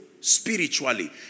spiritually